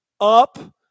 up